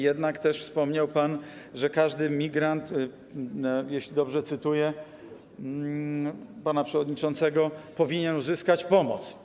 Jednak też wspomniał pan, że każdy migrant, jeśli dobrze cytuję pana przewodniczącego, powinien uzyskać pomoc.